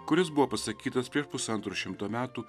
kuris buvo pasakytas prieš pusantro šimto metų